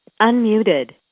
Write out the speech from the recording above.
Unmuted